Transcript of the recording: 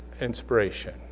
inspiration